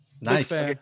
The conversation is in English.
Nice